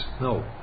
No